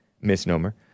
misnomer